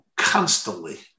Constantly